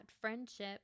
friendship